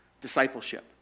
Discipleship